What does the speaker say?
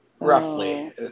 roughly